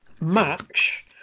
match